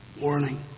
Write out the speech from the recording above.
warning